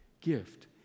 gift